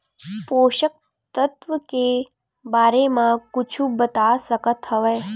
पोषक तत्व के बारे मा कुछु बता सकत हवय?